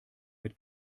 mit